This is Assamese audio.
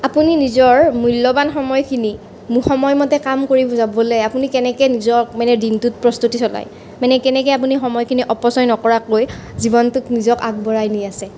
আপুনি নিজৰ মূল্যৱান সময়খিনি মোক সময়মতে কাম কৰি যাবলৈ আপুনি কেনেকৈ নিজক মানে দিনটোত প্ৰস্তুতি চলাই মানে কেনেকৈ আপুনি সময়খিনি অপচয় নকৰাকৈ জীৱনটোক নিজক আগবঢ়াই নি আছে